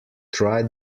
try